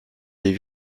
les